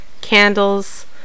candles